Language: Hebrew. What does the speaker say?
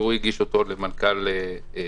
והוא הגיש אותו למנכ"ל המשרד.